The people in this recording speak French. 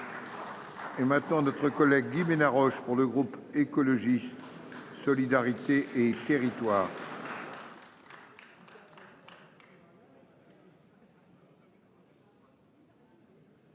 Et maintenant notre collègue Guy Bénard Roche pour le groupe écologiste solidarité et territoires.